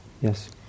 Yes